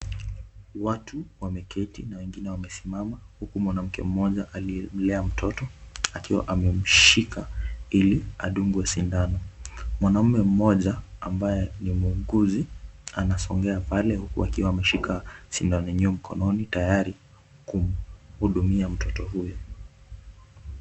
Watu wameketi na wengine wamesimama huku mwanamke mmoja aliyelea mtoto akiwa amemshika ili adungwe sindano. Mwanaume mmoja ambaye ni muuguzi anasongea pale huku akiwa ameshika sindano yenyewe mkononi tayari kumhudumia mtoto huyo.